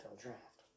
draft